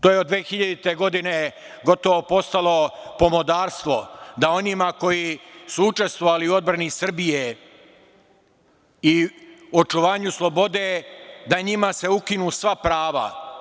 To je od 2000. godine gotovo postalo pomodarstvo da onima koji su učestvovali u odbrani Srbije i očuvanju slobode, da se njima ukinu sva prava.